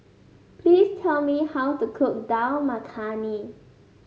please tell me how to cook Dal Makhani